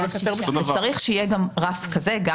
צריך שיהיה גם רף כזה.